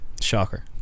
Shocker